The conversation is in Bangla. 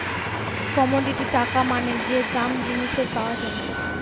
কমোডিটি টাকা মানে যে দাম জিনিসের পাওয়া যায়